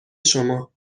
شما